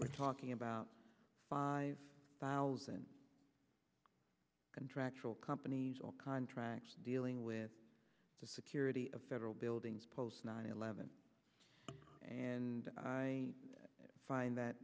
we're talking about five thousand contractual companies all contracts dealing with the security of federal buildings post nine eleven and i find that